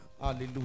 Hallelujah